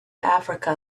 africa